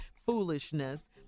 foolishness